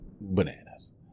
bananas